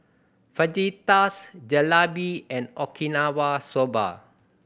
Fajitas Jalebi and Okinawa Soba